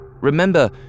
Remember